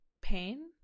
pain